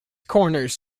corners